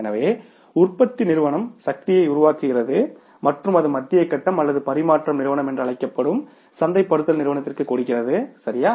எனவே உற்பத்தி நிறுவனம் சக்தியை உருவாக்குகிறது மற்றும் அது மத்திய கட்டம் அல்லது பரிமாற்ற நிறுவனம் என்று அழைக்கப்படும் சந்தைப்படுத்தல் நிறுவனத்திற்கு கொடுக்கிறது சரியா